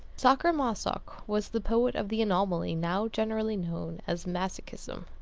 sacher-masoch was the poet of the anomaly now generally known as masochism.